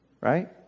right